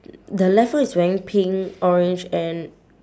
the left one is wearing pink orange and